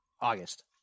August